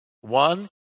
One